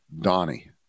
Donnie